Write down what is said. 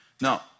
Now